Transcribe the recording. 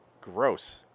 Gross